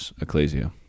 ecclesia